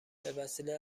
بهوسیله